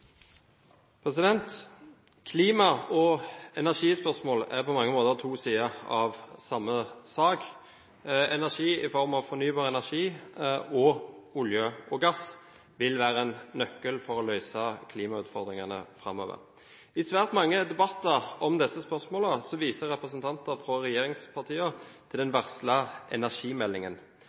på mange måter to sider av samme sak. Energi i form av fornybar energi og olje og gass vil være en nøkkel for å løse klimautfordringene framover. I svært mange debatter om disse spørsmålene viser representanter fra regjeringspartiene til den varslede energimeldingen.